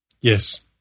Yes